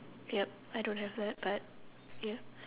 yup I don't have that but ya